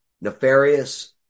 nefarious